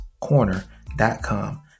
corner.com